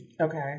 Okay